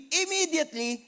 immediately